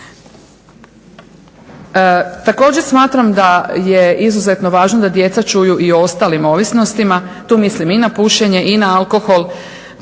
Također smatram da je izuzetno važno da djeca čuju i o ostalim ovisnostima. Tu mislim i na pušenje i na alkohol